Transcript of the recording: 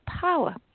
power